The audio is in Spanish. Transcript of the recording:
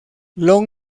long